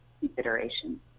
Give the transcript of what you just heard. consideration